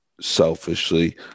selfishly